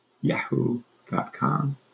yahoo.com